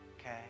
okay